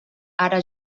ara